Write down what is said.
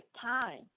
time